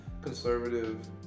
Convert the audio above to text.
conservative